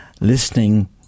listening